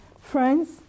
Friends